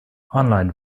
online